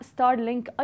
Starlink